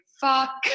fuck